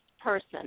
person